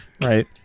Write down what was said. Right